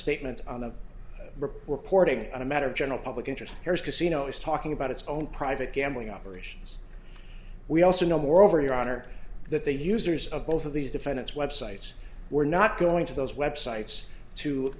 statement on the reporting a matter of general public interest here's casino is talking about its own private gambling operations we also know more over yonder that the users of both of these defendants websites were not going to those websites to